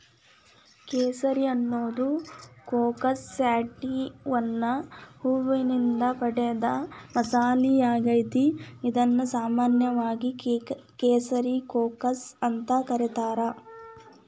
ಕೇಸರಿ ಅನ್ನೋದು ಕ್ರೋಕಸ್ ಸ್ಯಾಟಿವಸ್ನ ಹೂವಿನಿಂದ ಪಡೆದ ಮಸಾಲಿಯಾಗೇತಿ, ಇದನ್ನು ಸಾಮಾನ್ಯವಾಗಿ ಕೇಸರಿ ಕ್ರೋಕಸ್ ಅಂತ ಕರೇತಾರ